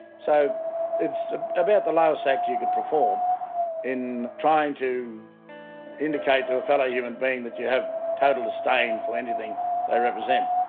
so it's about the lowest act you could perform in trying to indicate to a fellow human being that you have total disdain for anything they represent.